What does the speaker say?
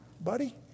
buddy